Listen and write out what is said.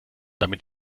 damit